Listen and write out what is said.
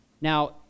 Now